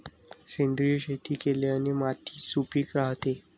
सेंद्रिय शेती केल्याने माती सुपीक राहते